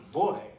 boy